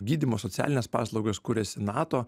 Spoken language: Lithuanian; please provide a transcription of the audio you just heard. gydymo socialines paslaugas kurias nato